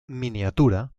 miniatura